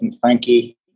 Frankie